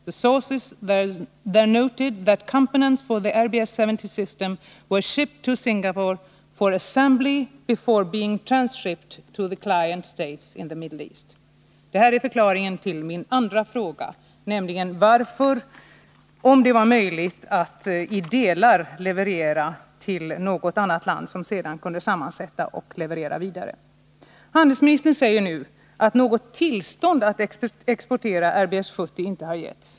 Därvarande källor påpekade att komponenterna till RBS 70 skeppades till Singapore för sammansättning före vidarebefordran till köparstaterna i Mellersta Östern.) Detta är förklaringen till min andra fråga, om det är möjligt att i delar leverera roboten till ett land för sammansättning och leverans vidare. Handelsministern säger nu att något tillstånd att exportera RBS 70 inte har getts.